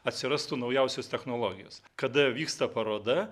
atsirastų naujausios technologijos kada vyksta paroda